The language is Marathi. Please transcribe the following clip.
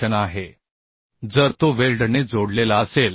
पुन्हा तोच कोन जर तो वेल्डने जोडलेला असेल